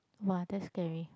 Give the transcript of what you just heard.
!wah! that's scary